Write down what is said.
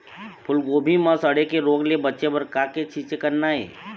फूलगोभी म सड़े के रोग ले बचे बर का के छींचे करना ये?